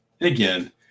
again